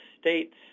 states